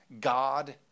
God